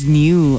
new